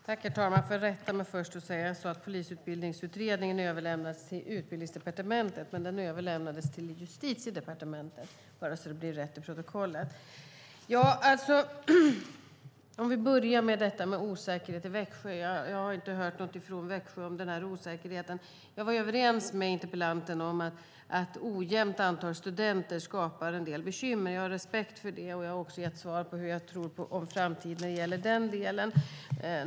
Herr talman! Jag ska först rätta mig själv. Jag sade att Polisutbildningsutredningen överlämnades till Utbildningsdepartementet. Den överlämnades till Justitiedepartementet. Detta sagt så att det blir rätt i protokollet. Vi börjar med frågan om osäkerhet i Växjö. Jag har inte hört något från Växjö om den osäkerheten. Jag var överens med interpellanten om att ett ojämnt antal studenter skapar ett en del bekymmer. Jag har respekt för det. Jag har också gett svar på hur jag tror på framtiden när det gäller den delen.